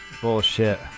Bullshit